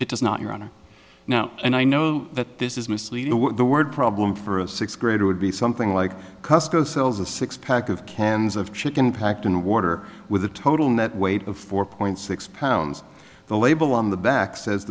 does not your honor now and i know that this is misleading the word problem for a sixth grader would be something like cuss go sells a six pack of cans of chicken packed in water with a total net weight of four point six pounds the label on the back says